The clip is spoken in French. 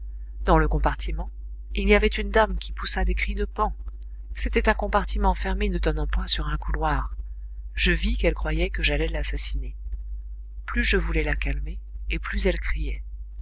dans le compartiment il y avait une dame qui poussa des cris de paon c'était un compartiment fermé ne donnant point sur un couloir je vis qu'elle croyait que j'allais l'assassiner plus je voulais la calmer et plus elle criait